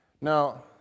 Now